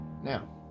Now